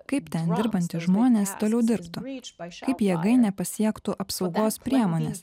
kaip ten dirbantys žmonės toliau dirbtų kaip jėgainę pasiektų apsaugos priemonės